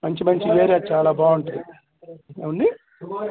మంచి మంచి ఏరియా చాలా బాగుంటుంది ఏమండి